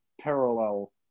parallel